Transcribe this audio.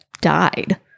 died